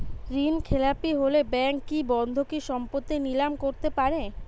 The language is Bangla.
ঋণখেলাপি হলে ব্যাঙ্ক কি বন্ধকি সম্পত্তি নিলাম করতে পারে?